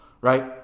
right